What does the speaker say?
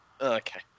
okay